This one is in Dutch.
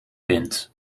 wint